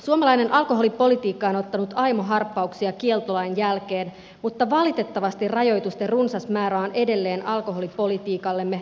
suomalainen alkoholipolitiikka on ottanut aimo harppauksia kieltolain jälkeen mutta valitettavasti rajoitusten runsas määrä on edelleen alkoholipolitiikallemme tunnusomaista